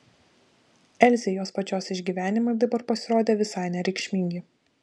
elzei jos pačios išgyvenimai dabar pasirodė visai nereikšmingi